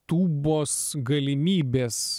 tūbos galimybės